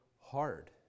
hard